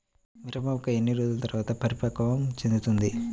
మిరప మొక్క ఎన్ని రోజుల తర్వాత పరిపక్వం చెందుతుంది?